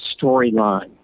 storyline